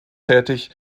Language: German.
tätig